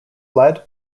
led